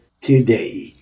today